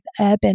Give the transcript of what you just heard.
urban